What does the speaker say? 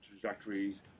trajectories